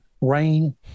rain